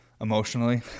emotionally